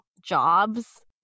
jobs